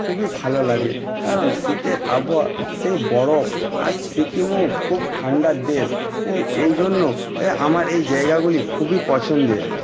খুবই ভালো লাগে কারণ শীতের আবহাওয়া সেই বরফ আর সিকিমও খুব ঠান্ডার দেশ এই জন্য আমার এই জায়গাগুলি খুবই পছন্দের